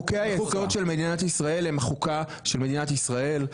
חוקי היסוד של מדינת ישראל הם חוקה של מדינת ישראל.